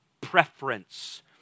preference